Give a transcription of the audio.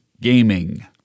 gaming